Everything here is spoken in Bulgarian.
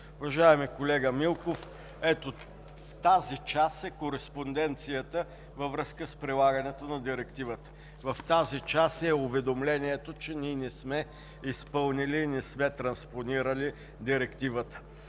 Уважаеми колега Милков, ето в тази част (показва документация) е кореспонденцията във връзка с прилагането на Директивата, в тази част е уведомлението, че ние не сме изпълнили и не сме транспонирали Директивата.